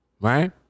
right